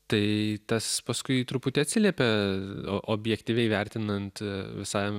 tai tas paskui truputį atsiliepia objektyviai vertinant visai